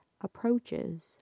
approaches